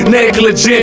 negligent